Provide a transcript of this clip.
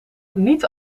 niet